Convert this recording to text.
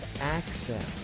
Access